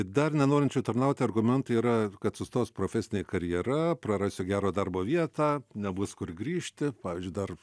dar nenorinčių tarnauti argumentai yra kad sustos profesinė karjera prarasiu gero darbo vietą nebus kur grįžti pavyzdžiui dar